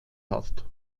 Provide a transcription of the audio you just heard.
hast